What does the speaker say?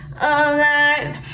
alive